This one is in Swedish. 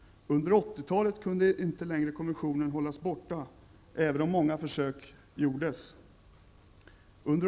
Under 80-talet kunde konventionen inte längre hållas borta, även om många försök gjordes.